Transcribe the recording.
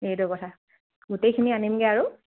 এইটো কথা গোটেইখিনি আনিমগৈ আৰু